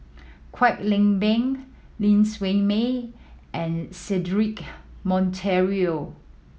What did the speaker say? Kwek Leng Beng Ling Siew May and Cedric Monteiro